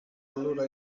allora